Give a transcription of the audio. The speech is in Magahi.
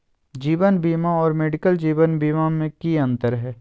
जीवन बीमा और मेडिकल जीवन बीमा में की अंतर है?